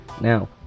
Now